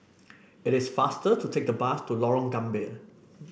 it is faster to take the bus to Lorong Gambir